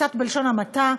בלשון המעטה,